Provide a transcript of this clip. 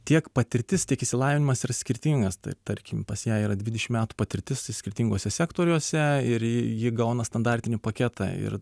tiek patirtis tiek išsilavinimas yra skirtingas tai tarkim pas ją yra dvidešim metų patirtis skirtinguose sektoriuose ir ji gauna standartinį paketą ir